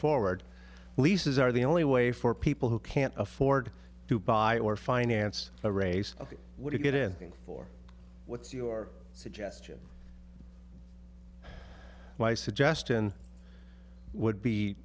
forward leases are the only way for people who can't afford to buy or finance a race ok would you get in for what's your suggestion my suggestion would be